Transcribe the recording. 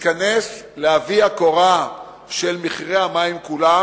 ייכנסו בעובי הקורה של מחירי המים כולם,